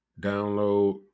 download